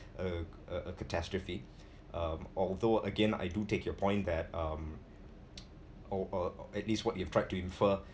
a a catastrophe uh although again I do take your point that um or uh at least what your tried to infer